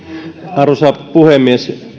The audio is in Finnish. arvoisa puhemies